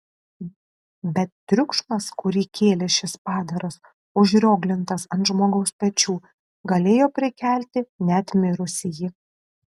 bet triukšmas kurį kėlė šis padaras užrioglintas ant žmogaus pečių galėjo prikelti net mirusįjį